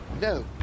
No